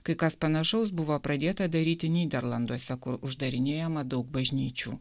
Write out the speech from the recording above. kai kas panašaus buvo pradėta daryti nyderlanduose kur uždarinėjama daug bažnyčių